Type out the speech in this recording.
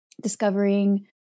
discovering